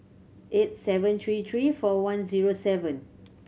eight seven three three four one zero seven